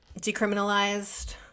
decriminalized